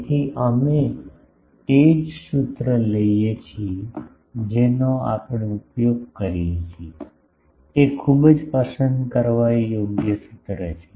તેથી અમે તે જ સૂત્ર લઈએ છીએ જેનો આપણે ઉપયોગ કરીએ છીએ તે ખૂબ જ પસંદ કરવા યોગ્ય સૂત્ર છે